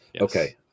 okay